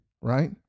right